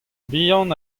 vihan